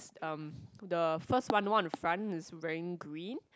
um the first one one on the front is wearing green